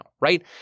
right